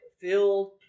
filled